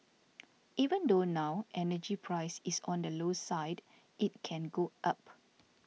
even though now energy price is on the low side it can go up